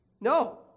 No